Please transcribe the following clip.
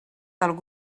del